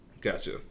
Gotcha